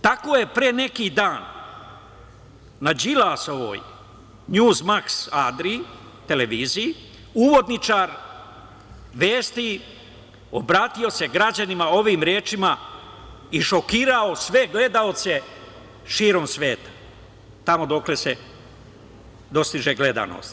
Tako je pre neki dan na Đilasovoj Njuz Maks Adriji, televiziji, uvodničar vesti obratio se građanima ovim rečima i šokirao sve gledaoce širom sveta, tamo dokle se dostiže gledanost.